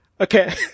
Okay